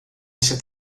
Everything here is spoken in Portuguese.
esse